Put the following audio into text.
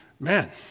Man